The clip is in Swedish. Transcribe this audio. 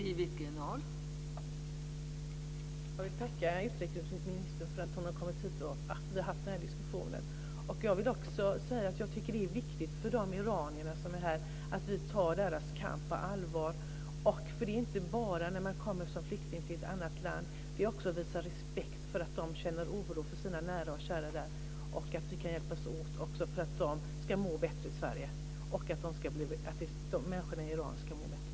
Fru talman! Jag vill tacka utrikesministern för att hon har kommit hit och för diskussionen. Det är viktigt för de iranier som är här att vi tar deras kamp på allvar. Det handlar inte bara om att de kommer som flyktingar till ett annat land. Det handlar också om att visa respekt för att de känner oro för sina nära och kära, om att vi kan hjälpas åt för att de ska må bättre i Sverige och för att människorna i Iran ska må bättre.